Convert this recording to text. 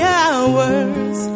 hours